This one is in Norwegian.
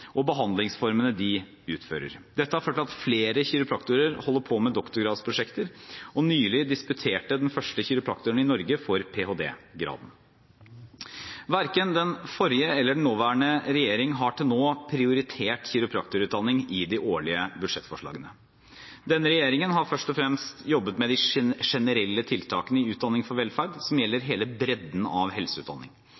og behandlingsformene de utfører. Dette har ført til at flere kiropraktorer holder på med doktorgradsprosjekter, og nylig disputerte den første kiropraktoren i Norge for ph.d.-graden. Verken den forrige eller den nåværende regjering har til nå prioritert kiropraktorutdanning i de årlige budsjettforslagene. Denne regjeringen har først og fremst jobbet med de generelle tiltakene i Utdanning for velferd, som gjelder hele bredden av helseutdanning.